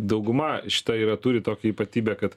dauguma šita jie turi tokią ypatybę kad